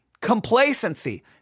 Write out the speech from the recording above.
complacency